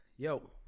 Yo